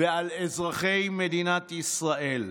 ועל אזרחי ישראל.